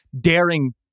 Daring